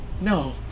no